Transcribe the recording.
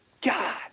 God